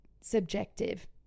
subjective